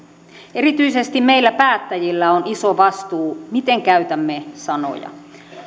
erityisesti meillä päättäjillä on iso vastuu miten käytämme sanoja